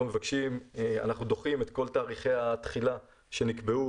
אנחנו דוחים את כל תאריכי התחילה שנקבעו